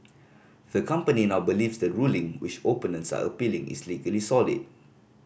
the company now believes the ruling which opponents are appealing is legally solid